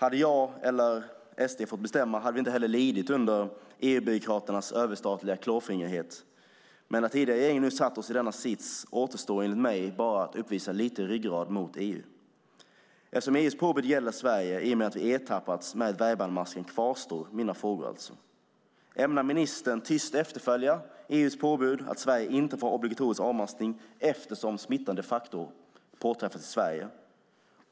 Om jag eller Sverigedemokraterna hade fått bestämma hade vi inte heller lidit under EU-byråkraternas överstatliga klåfingrighet. När den tidigare regeringen nu har försatt oss i denna sits återstår enligt mig bara att uppvisa lite ryggrad mot EU. Eftersom EU:s påbud gäller i Sverige i och med att vi har ertappats med dvärgbandmask kvarstår alltså mina frågor: Ämnar ministern tyst efterkomma EU:s påbud att Sverige inte får ha obligatorisk avmaskning eftersom smittan de facto påträffats i Sverige?